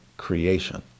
Creation